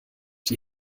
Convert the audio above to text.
die